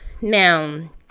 Now